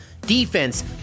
Defense